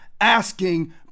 asking